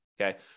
okay